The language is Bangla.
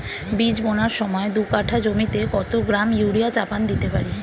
বীজ বোনার সময় দু কাঠা জমিতে কত গ্রাম ইউরিয়া চাপান দিতে পারি?